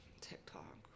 TikTok